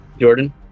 Jordan